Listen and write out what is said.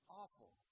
awful